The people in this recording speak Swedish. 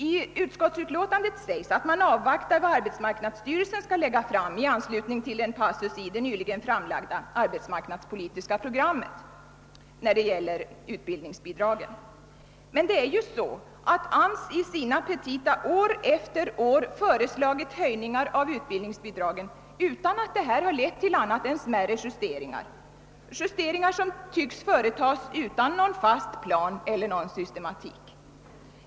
I utskottsutlåtandet skrivs att man avvaktar vad arbetsmarknadsstyrelsen föreslår i anslutning till en passus i det nyligen framlagda arbetsmarknadspolitiska programmet för utbildningsbidragen. AMS har emellertid i sina petita år efter år föreslagit höjningar av utbildningsbidragen utan att det lett till mer än smärre justeringar, som tycks företas utan någon fast plan eller någon systematik.